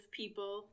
people